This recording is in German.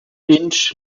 inch